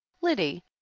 liddy